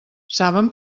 saben